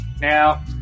Now